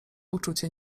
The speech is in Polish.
uczucie